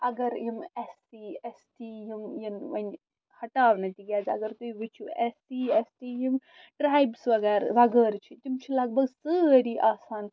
اَگر یِم S C S T یِم یِن وۄنۍ ہٹاونہٕ تِکیازِ اَگر تُہۍ وٕچھِو ایس سی ایس ٹی یِم ٹرٛایبٕس وغیر وغٲرٕ چھِ تِم چھِ لگ بگ سٲری آسان